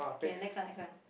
okay next one next one